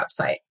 website